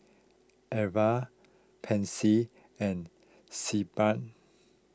Pansy and Sebamed